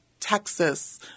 Texas